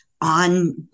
on